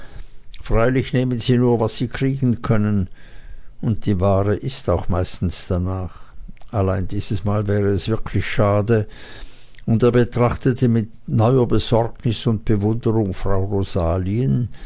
freilich nehmen sie nur was sie kriegen können und die ware ist auch meistens darnach allein diesmal wäre es wirklich schade und er betrachtete mit neuer besorgnis und bewunderung frau rosalien